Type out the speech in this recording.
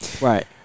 Right